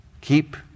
Keep